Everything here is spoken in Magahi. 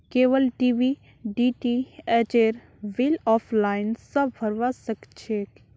केबल टी.वी डीटीएचेर बिल ऑफलाइन स भरवा सक छी